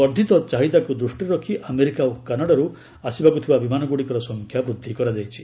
ବର୍ଦ୍ଧିତ ଚାହିଦାକୁ ଦୃଷ୍ଟିରେ ରଖି ଆମେରିକା ଓ କାନାଡ଼ାରୁ ଆସିବାକୁ ଥିବା ବିମାନଗୁଡ଼ିକର ସଂଖ୍ୟା ବୃଦ୍ଧି କରାଯାଇଛି